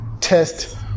Test